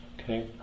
okay